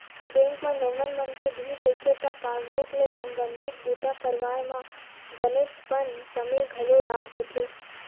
bank म लोगन मन के भीड़ रहिथे त पासबूक ले संबंधित बूता करवाए म बनेचपन समे घलो लाग जाथे